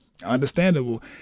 understandable